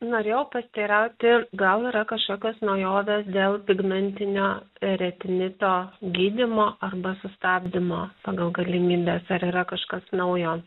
norėjau pasiteirauti gal yra kažkokios naujovės dėl pigmentinio retinito gydymo arba sustabdymo pagal galimybes ar yra kažkas naujo